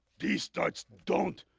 d starts don't.